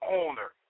owner